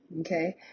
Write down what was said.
okay